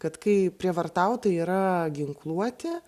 kad kai prievartautojai yra ginkluoti